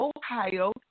Ohio